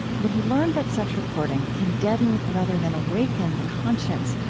but he learned that such reporting can deaden rather than awaken the conscience,